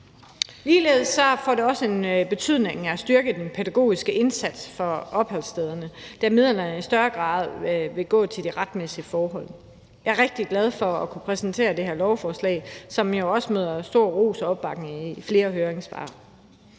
Ligeledes får det også betydning at styrke den pædagogiske indsats for opholdsstederne, da midlerne i større grad vil gå til de retmæssige forhold. Jeg er rigtig glad for at kunne præsentere det her lovforslag, som jo også nyder stor ros og opbakning i flere høringssvar.